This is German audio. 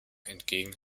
entgegen